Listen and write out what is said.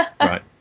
Right